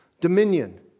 dominion